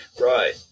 Right